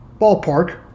ballpark